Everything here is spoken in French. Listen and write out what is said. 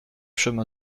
chemin